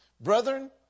Brethren